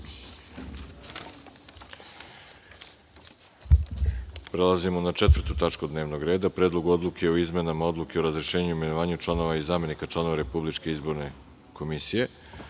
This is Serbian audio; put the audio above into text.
pretres. Prelazimo na 4. tačku dnevnog reda – Predlog odluke o izmenama odluke o razrešenju i imenovanju članova i zamenika članova Republičke izborne komisije. Pre